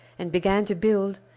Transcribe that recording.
and began to build,